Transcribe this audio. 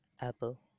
Apple